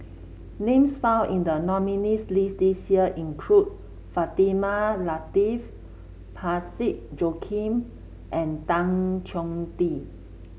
names found in the nominees' list this year include Fatimah Lateef Parsick Joaquim and Tan Choh Tee